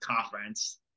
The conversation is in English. conference